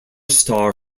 star